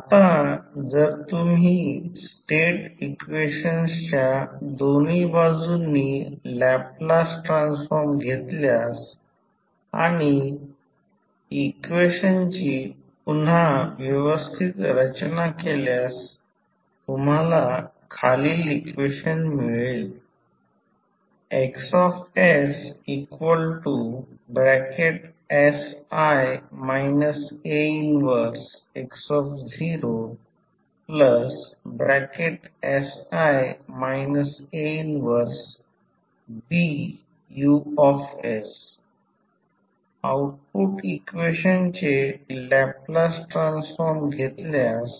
आता जर तुम्ही स्टेट इक्वेशनच्या दोन्ही बाजूंनी लॅपलास ट्रान्सफॉर्म घेतल्यास आणि इक्वेशनची पुन्हा व्यवस्थित रचना केल्यास तुम्हाला खालील इक्वेशन मिळेल XssI A 1x0 1BUs output इक्वेशनचे लॅपलास ट्रान्सफॉर्म घेतल्यास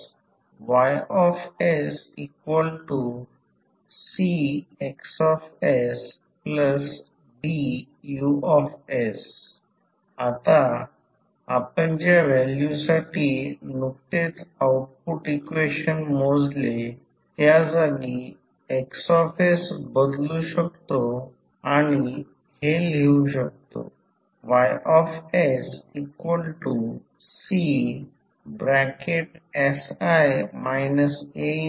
YsCXsDUs आता आपण ज्या व्हॅल्यूसाठी नुकतेच आऊटपुट इक्वेशन मोजले त्या जागी Xs बदलू शकतो आणि हे लिहू शकतो YsCsI A 1x0CsI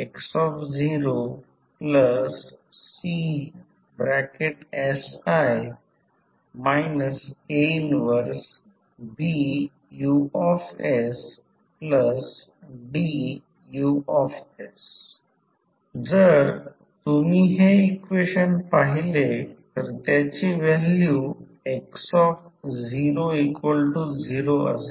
A 1BUsDUs जर तुम्ही हे इक्वेशन पाहिले तर त्याची व्हॅल्यू x00 असेल